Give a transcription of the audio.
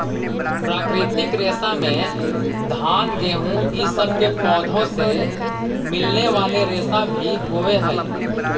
प्राकृतिक रेशा में घान गेहूँ इ सब के पौधों से मिलने वाले रेशा भी होवेऽ हई